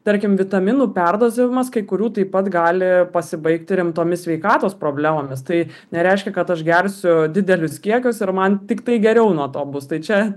tarkim vitaminų perdozavimas kai kurių taip pat gali pasibaigti rimtomis sveikatos problemomis tai nereiškia kad aš gersiu didelius kiekius ir man tiktai geriau nuo to bus tai čia